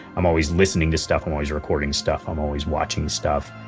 i'm always listening to stuff. i'm always recording stuff. i'm always watching stuff.